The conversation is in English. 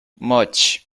much